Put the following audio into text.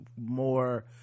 more